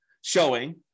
showing